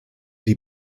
die